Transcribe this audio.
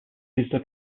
visto